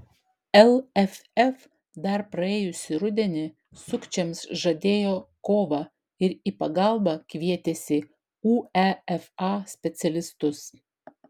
lff dar praėjusį rudenį sukčiams žadėjo kovą ir į pagalbą kvietėsi uefa specialistus